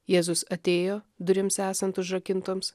jėzus atėjo durims esant užrakintoms